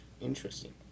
interesting